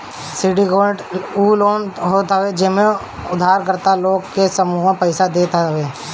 syndicated loan उ होत हवे जेमे उधारकर्ता लोग के समूह पईसा देत हवे